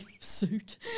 suit